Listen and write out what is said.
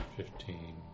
fifteen